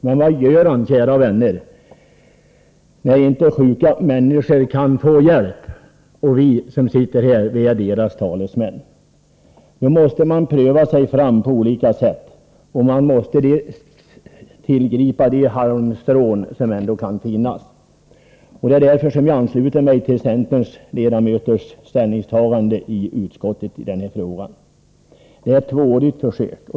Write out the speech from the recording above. Men vad gör man, kära vänner, när inte sjuka människor kan få hjälp? Vi som sitter här är deras talesmän. Vi måste pröva oss fram på olika sätt och tillgripa de halmstrån som kan finnas. Därför ansluter jag mig till utskottets centerledamöters ställningstagande i denna fråga. Det gäller ett tvåårigt försök.